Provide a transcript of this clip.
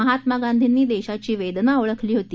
महात्मा गांधींनी देशाची वेदना ओळखली होती